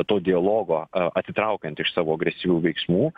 to dialogo atsitraukiant iš savo agresyvių veiksmų